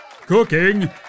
Cooking